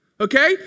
Okay